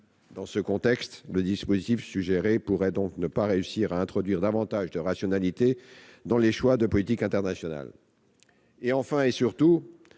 Dans ce contexte, le dispositif proposé pourrait ne pas suffire à introduire davantage de rationalité dans les choix de politique internationale. Enfin et surtout,